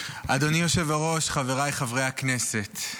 אדוני היושב-ראש, חבריי חברי הכנסת,